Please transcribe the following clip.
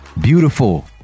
beautiful